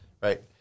right